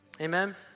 Amen